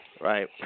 right